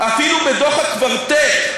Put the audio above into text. אפילו בדוח הקוורטט,